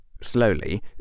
Slowly